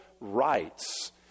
rights